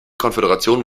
konföderation